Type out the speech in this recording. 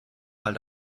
halt